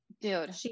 Dude